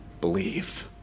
believe